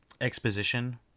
exposition